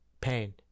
pain